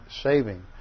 saving